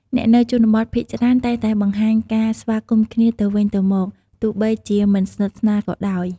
អ្នកនៅជនបទភាគច្រើនតែងតែបង្ហាញការស្វាគមន៍គ្នាទៅវិញទៅមក ទោះបីជាមិនស្និទ្ធស្នាលក៏ដោយ។